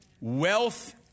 Wealth